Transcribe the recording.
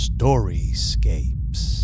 Storyscapes